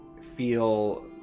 feel